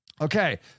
Okay